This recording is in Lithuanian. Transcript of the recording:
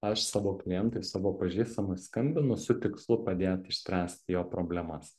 aš savo klientui savo pažįstamui skambinu su tikslu padėt išspręsti jo problemas